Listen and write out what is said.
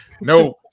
No